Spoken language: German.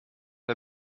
der